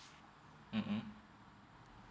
mmhmm